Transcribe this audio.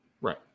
right